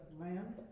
land